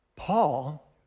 Paul